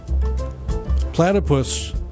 Platypus